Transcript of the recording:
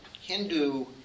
Hindu